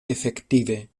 efektive